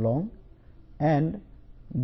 section ను ఉపయోగించవచ్చు